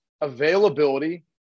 Availability